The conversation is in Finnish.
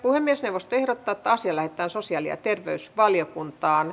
puhemiesneuvosto ehdottaa että asia lähetetään sosiaali ja terveysvaliokuntaan